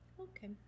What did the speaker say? Okay